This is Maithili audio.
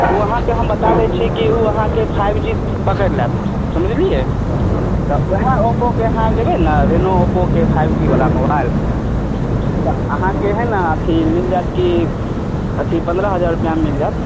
ओ अहाँके हम बता दै छी कि ओ अहाँके फाइब जी पकड़ि लेत बुझलियै तऽ ओहए ओप्पोके अहाँ लेबै ने रेनो ओप्पोके फाइब जी बला मोबाइल तऽ अहाँके हय ने अथी मिल जाएत कि अथी पन्द्रह हजार रुपआमे मिल जाएत